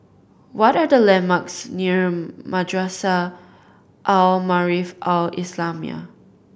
what are the landmarks near Madrasah Al Maarif Al Islamiah